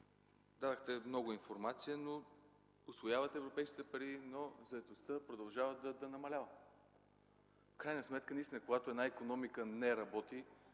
Дадохте много информация, усвоявате европейските пари, но заетостта продължава да намалява. В крайна сметка наистина, когато една икономика не работи,